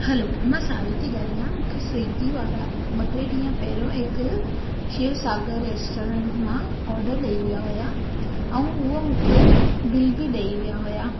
hello मां सावी थी ॻाल्हायां मूंखे स्विगी वारा ॿ टे ॾींहं पहिरियों हिकु शिव सागर रेस्टोरेंट मां ऑडर ॾेई विया हुया ऐं हूअ मूंखे बिल बि ॾेई विया हुया हुया